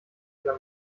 oder